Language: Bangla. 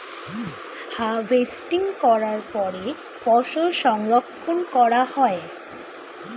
হার্ভেস্টিং করার পরে ফসল সংরক্ষণ করা হয়